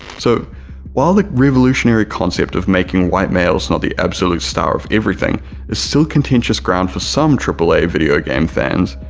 so while the revolutionary concept of making white males not the absolute star of everything is still contentious ground for some triple-a video game fans,